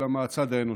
אלא מהצד האנושי.